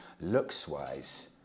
looks-wise